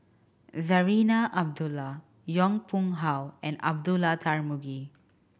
Zarinah Abdullah Yong Pung How and Abdullah Tarmugi